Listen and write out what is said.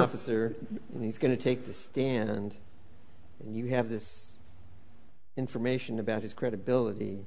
they're going to take the stand and you have this information about his credibility